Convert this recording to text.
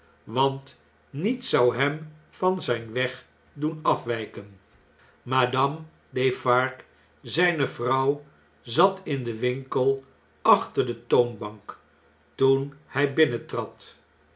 want niets zou hem van zjjn weg doen afwjjken madame defarge zijne vrouw zat in den winkel achter de toonbank toen hjj